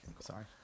Sorry